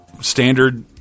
standard